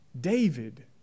David